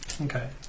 Okay